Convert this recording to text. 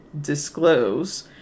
disclose